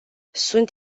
sunt